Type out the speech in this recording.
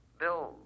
Bill